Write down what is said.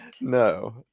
no